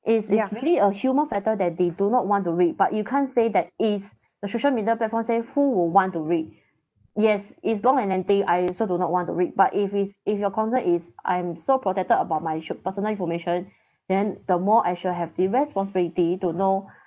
is is really a human factor that they do not want to read but you can't say that is the social media platform say who will want to read yes it's long and lengthy I also do not want to read but if it's if your concern is I'm so protected about my sh~ personal information then the more I should have the responsibility to know